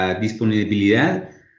disponibilidad